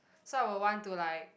so I will want to like